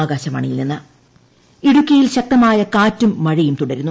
ഇടുക്കി മഴ ഇടുക്കിയിൽ ശക്തമായ കാറ്റും മഴയും തുടരുന്നു